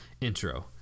intro